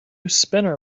spinner